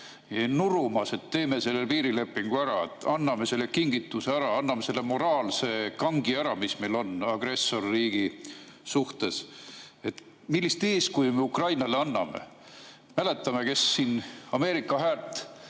nurumas, et teeme selle piirilepingu ära, anname selle kingituse üle, anname selle moraalse kangi ära, mis meil on agressorriigi suhtes, siis millist eeskuju me Ukrainale anname. Mäletame, et kes Ameerika Häält